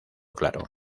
claro